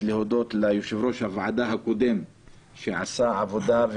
להודות ליושב-ראש הוועדה הקודם שעשה עבודה.